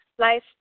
life